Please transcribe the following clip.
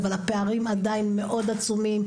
אבל הפערים עדיין מאוד עצומים,